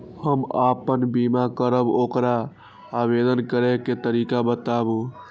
हम आपन बीमा करब ओकर आवेदन करै के तरीका बताबु?